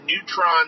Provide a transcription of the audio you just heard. neutron